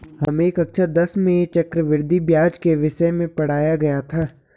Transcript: हमें कक्षा दस में चक्रवृद्धि ब्याज के विषय में पढ़ाया गया था